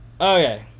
okay